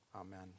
Amen